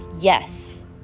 yes